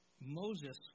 Moses